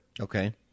Okay